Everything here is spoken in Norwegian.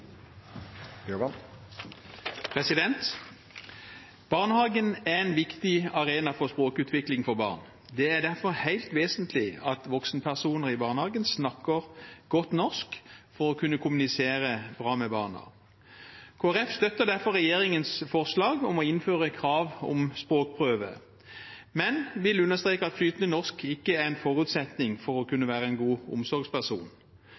en viktig arena for språkutvikling for barn. Det er derfor helt vesentlig at voksenpersoner i barnehagen snakker godt norsk for å kunne kommunisere bra med barna. Kristelig Folkeparti støtter derfor regjeringens forslag om å innføre et krav om språkprøve, men vil understreke at flytende norsk ikke er en forutsetning for å kunne være en god omsorgsperson.